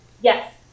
Yes